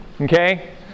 Okay